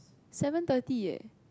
seven thirty leh